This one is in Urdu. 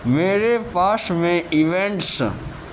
میرے پاس میں ایونٹس